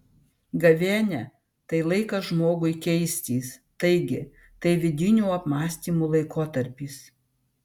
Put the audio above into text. gavėnia tai laikas žmogui keistis taigi tai vidinių apmąstymų laikotarpis